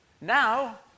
Now